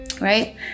right